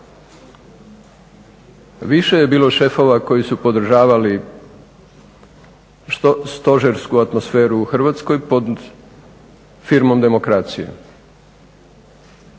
Više je bilo šefova koji su podržavali stožersku atmosferu u Hrvatskoj pod firmom demokracije